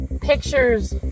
pictures